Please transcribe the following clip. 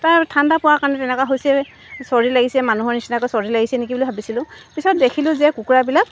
তাৰ ঠাণ্ডা পোৱাৰ কাৰণে তেনেকুৱা হৈছে চৰ্দি লাগিছে মানুহৰ নিচিনাকৈ চৰ্দি লাগিছে নেকি বুলি ভাবিছিলোঁ পিছত দেখিলোঁ যে কুকুৰাবিলাক